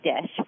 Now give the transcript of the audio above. dish